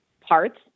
parts